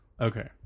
Okay